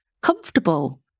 comfortable